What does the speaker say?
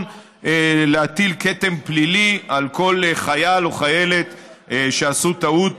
להטיל כתם פלילי על כל חייל או חיילת שעשו טעות